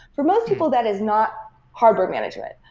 for most people, that is not hardware management.